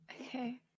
Okay